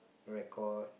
record